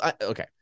okay